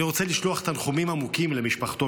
אני רוצה לשלוח תנחומים עמוקים למשפחתו